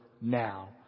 now